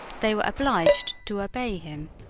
they were obliged to obey him.